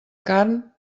carn